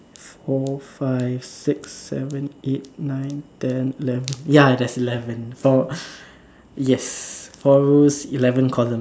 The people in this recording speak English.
four five six seven eight nine ten eleven ya there's eleven four yes four rows eleven columns